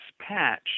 patch